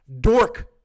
Dork